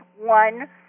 one